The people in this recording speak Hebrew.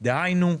דהיינו,